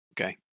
okay